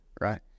right